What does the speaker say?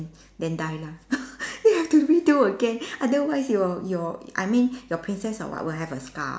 then die lah you have to redo again otherwise your your I mean your princess ow what will have a scar